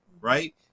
right